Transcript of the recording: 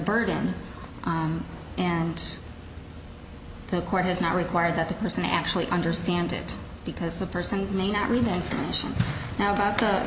burden and the court has not required that the person actually understand it because the person may not read the information now